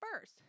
first